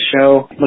show